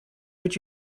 would